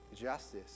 justice